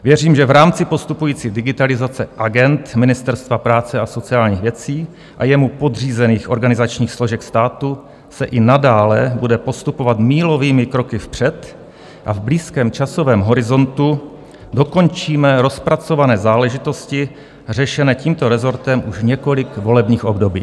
Věřím, že v rámci postupující digitalizace agend Ministerstva práce a sociálních věcí a jemu podřízených organizačních složek státu se i nadále bude postupovat mílovými kroky vpřed a v blízkém časovém horizontu dokončíme rozpracované záležitosti řešené tímto rezortem už několik volebních období.